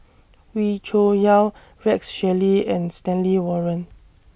Wee Cho Yaw Rex Shelley and Stanley Warren